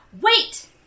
wait